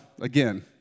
again